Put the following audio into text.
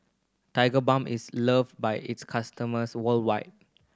Tigerbalm is loved by its customers worldwide